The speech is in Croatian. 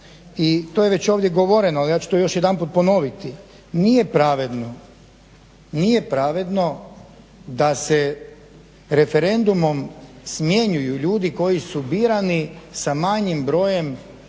i to je već ovdje govoreno, ali ja ću to još jedanput ponoviti. Nije pravedno, nije pravedno da se referendumom smjenjuju ljudi koji su birani sa manjim brojem